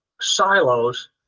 silos